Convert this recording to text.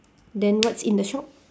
then what's in the shop